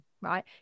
right